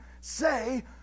say